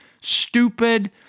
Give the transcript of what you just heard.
stupid